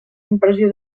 impressió